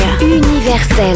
universel